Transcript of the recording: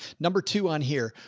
number two on here,